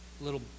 little